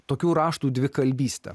tokių raštų dvikalbystė